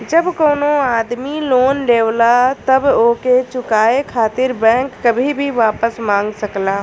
जब कउनो आदमी लोन लेवला तब ओके चुकाये खातिर बैंक कभी भी वापस मांग सकला